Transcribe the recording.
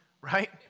Right